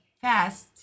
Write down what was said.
fast